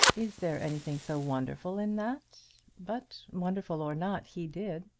is there anything so wonderful in that? but, wonderful or not, he did.